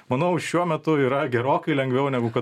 manau šiuo metu yra gerokai lengviau negu kad